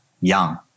young